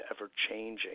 ever-changing